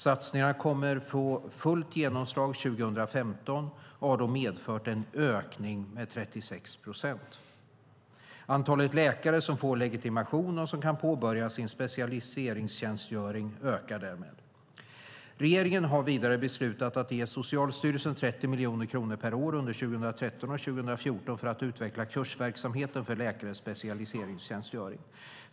Satsningarna kommer att få fullt genomslag 2015 och har då medfört en ökning med 36 procent. Antalet läkare som får legitimation och som kan påbörja sin specialiseringstjänstgöring ökar därmed. Regeringen har vidare beslutat att ge Socialstyrelsen 30 miljoner kronor per år under 2013 och 2014 för att utveckla kursverksamheten för läkares specialiseringstjänstgöring.